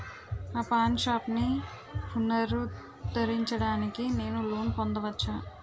నా పాన్ షాప్ని పునరుద్ధరించడానికి నేను లోన్ పొందవచ్చా?